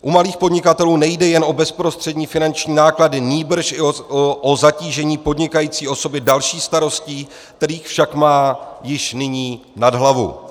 U malých podnikatelů nejde jen o bezprostřední finanční náklady, nýbrž i o zatížení podnikající osoby další starostí, kterých však má již nyní nad hlavu.